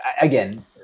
again